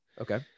okay